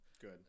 Good